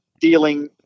dealing